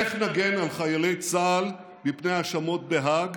אין נגן על חיילי צה"ל מפני האשמות בהאג